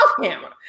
camera